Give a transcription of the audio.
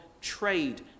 Trade